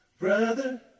Brother